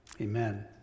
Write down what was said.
Amen